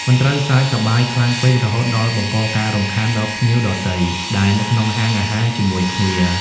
មិនត្រូវសើចសប្បាយខ្លាំងពេក រហូតដល់បង្កការរំខានដល់ភ្ញៀវដទៃដែលនៅក្នុងហាងអាហារជាមួយគ្នា។